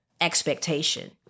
expectation